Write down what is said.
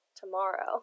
tomorrow